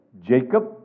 Jacob